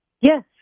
Yes